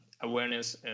awareness